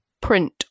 print